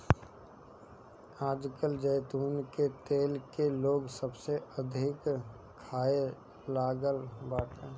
आजकल जैतून के तेल के लोग सबसे अधिका खाए लागल बाटे